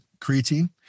creatine